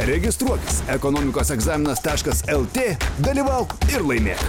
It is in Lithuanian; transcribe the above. registruotis ekonomikos egzaminas taškas lt ir laimėk